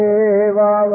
Deva